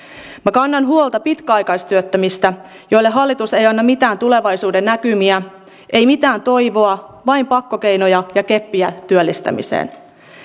kannan huolta pitkäaikaistyöttömistä joille hallitus ei anna mitään tulevaisuudennäkymiä ei mitään toivoa vain pakkokeinoja ja keppiä työllistämiseen